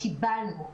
קיבלנו.